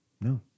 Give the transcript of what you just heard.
No